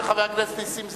של חבר הכנסת נסים זאב.